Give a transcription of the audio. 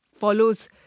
follows